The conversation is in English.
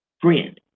friend